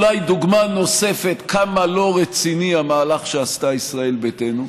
אולי דוגמה נוספת כמה לא רציני המהלך שעשתה ישראל ביתנו,